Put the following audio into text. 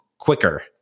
quicker